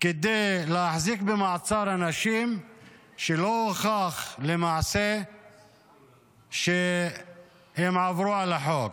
כדי להחזיק במעצר אנשים שלא הוכח למעשה שהם עברו על החוק.